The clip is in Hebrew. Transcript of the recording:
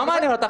מה מעניין אותך?